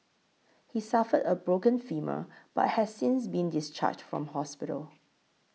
he suffered a broken femur but has since been discharged from hospital